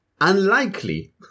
unlikely